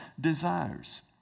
desires